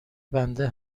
بنده